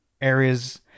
areas